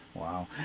Wow